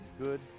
good